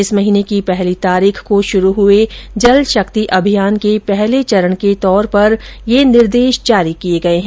इस महीने की पहली तारीख को शुरू हुए जल शक्ति अभियान के पहले चरण के तौर पर यह निर्देश जारी किए गए हैं